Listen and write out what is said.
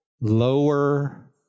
lower